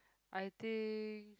I think